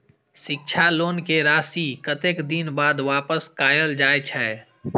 शिक्षा लोन के राशी कतेक दिन बाद वापस कायल जाय छै?